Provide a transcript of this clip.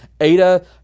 Ada